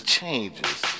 changes